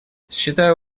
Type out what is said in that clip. считаю